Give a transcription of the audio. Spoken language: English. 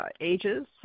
Ages